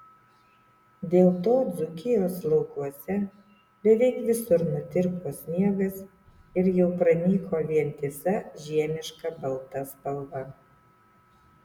dėl to dzūkijos laukuose beveik visur nutirpo sniegas ir jau pranyko vientisa žiemiška balta spalva